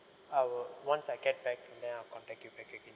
I will once I get back from there I will contact you back again